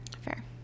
Fair